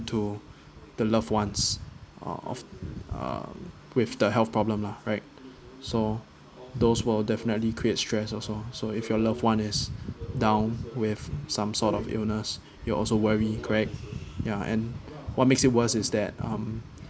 to the loved ones are of uh with the health problem lah right so those while definitely create stress also so if your loved one is down with some sort of illness you're also worry correct ya and what makes it worse is that um